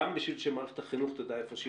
גם בשביל שמערכת החינוך תדע איפה היא